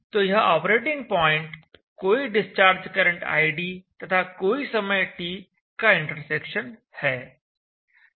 तो यह operating point कोई डिस्चार्ज करंट id तथा कोई समय t का इंटरसेक्शन है